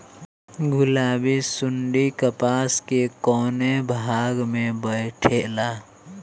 गुलाबी सुंडी कपास के कौने भाग में बैठे ला?